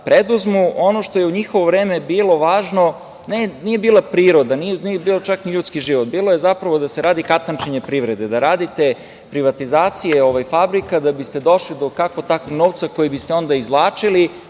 preduzmu. Ono što je u njihovo vreme bilo važno, nije bila priroda, nije bio čak ni ljudski život, bilo je zapravo da se radi katančenje privrede, da radite privatizacije fabrika da biste došli do kakvo-takvog novca koji biste onda izvlačili,